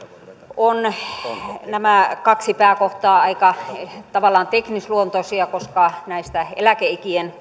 nämä kaksi pääkohtaa ovat tavallaan teknisluontoisia koska näistä eläkeikien